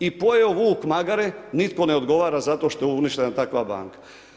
I pojeo vuk magare, nitko ne odgovara zato što je uništena takva banka.